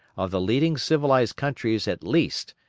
of the leading civilised countries at least,